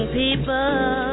people